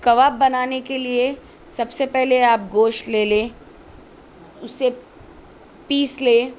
کواب بنانے کے لیے سب سے پہلے آپ گوشت لے لیں اسے پیس لے